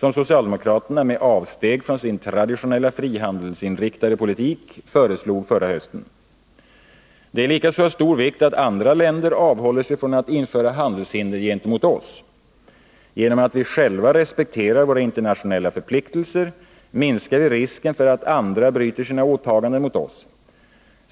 som socialdemokraterna med avsteg från sin traditionella frihandelsinriktade politik föreslog förra hösten. Det är likaså av stor vikt att andra länder avhåller sig från att införa handelshinder gentemot oss. Genom att vi själva respekterar våra internationella förpliktelser minskar vi risken för att andra bryter sina åtaganden mot oss.